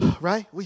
right